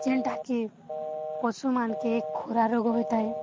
ଯେନ୍ଟାକେ ପଶୁମାନକେ ଏକ ଖୁରା ରୋଗ ହୋଇଥାଏ